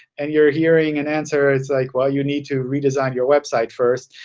and you're hearing an answer that's like, well, you need to redesign your website first.